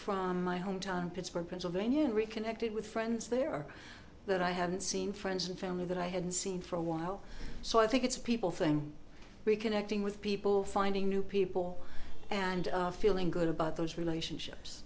from my hometown pittsburgh pennsylvania reconnected with friends there that i haven't seen friends and family that i hadn't seen for a while so i think it's people thing reconnecting with people finding new people and feeling good about those relationships